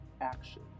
action